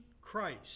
Christ